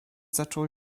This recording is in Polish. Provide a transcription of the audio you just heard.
zaczął